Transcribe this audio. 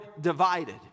divided